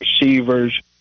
receivers